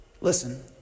Listen